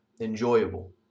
enjoyable